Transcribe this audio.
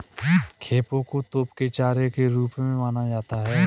खेपों को तोप के चारे के रूप में माना जाता था